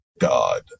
God